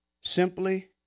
simply